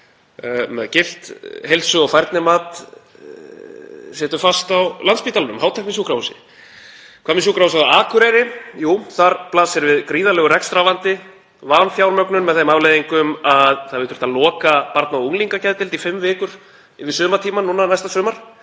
með gilt heilsu- og færnimat situr fastur á Landspítalanum, hátæknisjúkrahúsi. Hvað með Sjúkrahúsið á Akureyri? Jú, þar blasir við gríðarlegur rekstrarvandi og vanfjármögnun með þeim afleiðingum að það þarf að loka barna- og unglingageðdeild í fimm vikur yfir sumartímann núna næsta sumar.